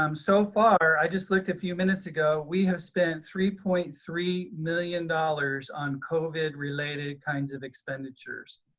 um so far, i just looked a few minutes ago, ago, we have spent three point three million dollars on covid related kinds of expenditures.